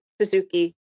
Suzuki